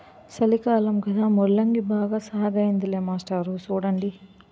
సలికాలం కదా ముల్లంగి బాగా సాగయ్యిందిలే మాస్టారు సూడండి